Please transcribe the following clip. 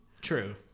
True